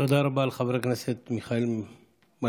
תודה רבה לחבר הכנסת מיכאל מלכיאלי.